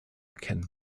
kennen